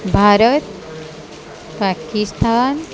Bharat Pakistan